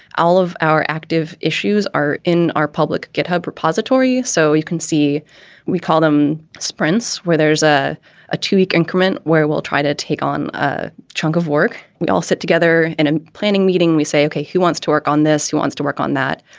all of our active issues are in our public github repository. so you can see we call them sprints where there's a a two week increment where we'll try to take on a chunk of work. we all sit together in a planning meeting. we say, okay, who wants to work on this? who wants to work on that?